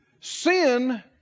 Sin